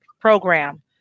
program